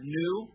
new